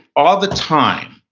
all the time.